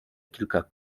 kilka